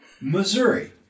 Missouri